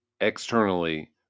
externally